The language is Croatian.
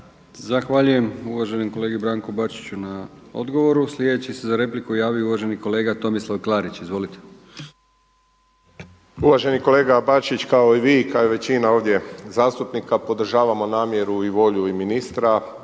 Zahvaljujem uvaženom kolegi Branku Bačiću na odgovoru. Slijedeći se za repliku javio uvaženi kolega Tomislav Klarić. Izvolite! **Klarić, Tomislav (HDZ)** Uvaženi kolega Bačić, kao i vi kao i većina ovdje zastupnika podržavamo namjeru i volju i ministra